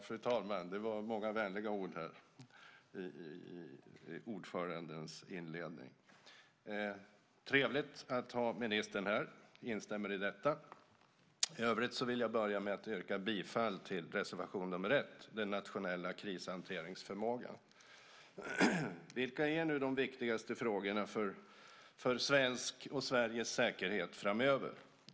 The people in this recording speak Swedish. Fru talman! Det var många vänliga ord i ordförandens inledning. Det är trevligt att ha ministern här. Jag instämmer i detta. I övrigt vill jag börja med att yrka bifall till reservation nr 1, Den nationella krishanteringsförmågan. Vilka är nu de viktigaste frågorna för svensk och Sveriges säkerhet framöver?